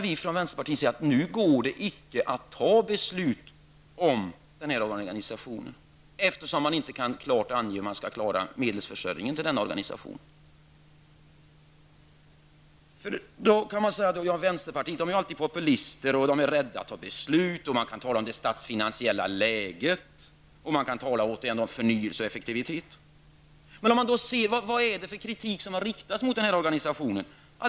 Vi i vänsterpartiet anser att det inte går att fatta beslut om den här organisationen nu, eftersom det inte klart kan anges hur man skall klara medelsförsörjningen för denna organisation. Det kan då sägas att vi i vänsterpartiet är populister och är rädda för att fatta beslut. Det kan talas om det statsfinansiella läget, och man kan återigen tala om förnyelse och effektivitet. Vad är det då för kritik som har riktats mot den här organisationen?